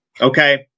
Okay